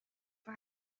for